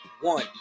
One